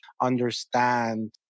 understand